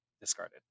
discarded